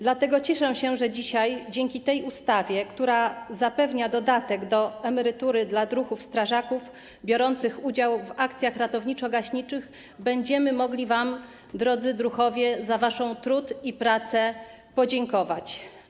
Dlatego cieszę się, że dzisiaj dzięki tej ustawie, która zapewnia dodatek do emerytury dla druhów strażaków biorących udział w akcjach ratowniczo-gaśniczych, będziemy mogli wam, drodzy druhowie, za wasz trud i pracę podziękować.